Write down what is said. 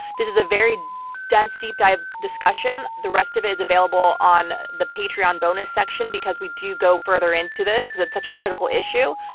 this is a very dense, deep-dive discussion. the rest of it is available on the patreon bonus section, because we do go further into this because it's such a critical issue.